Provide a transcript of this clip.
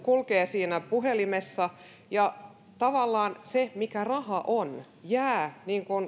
kulkee puhelimessa ja tavallaan se mitä raha on jää